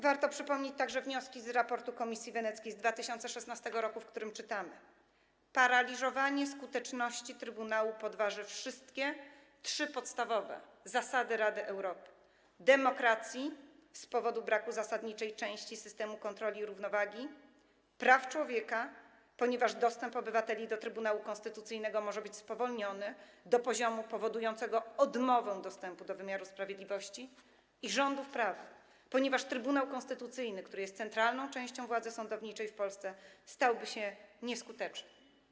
Warto przypomnieć także wnioski z raportu Komisji Weneckiej z 2016 r., w którym napisano: paraliżowanie skuteczności trybunału podważy wszystkie trzy podstawowe zasady Rady Europy: demokracji, z powodu braku zasadniczej części systemu kontroli i równowagi, praw człowieka, ponieważ dostęp obywateli do Trybunału Konstytucyjnego może być spowolniony do poziomu powodującego odmowę dostępu do wymiaru sprawiedliwości, i rządów prawa, ponieważ Trybunał Konstytucyjny, który jest centralną częścią władzy sądowniczej w Polsce, stałby się nieskuteczny.